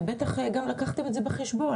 ובטח גם לקחתם את זה בחשבון,